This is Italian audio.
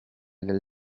del